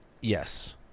Yes